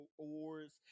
awards